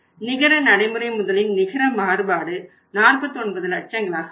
நிகர நடைமுறை முதலின் நிகர மாறுபாடு 49 லட்சங்களாக வரும்